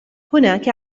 هناك